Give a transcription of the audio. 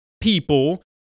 people